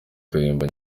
kayumba